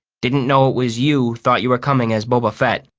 didn't know it was you thought u were coming as boba fett.